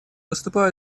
выступаю